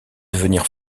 devenir